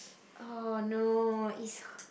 oh no it's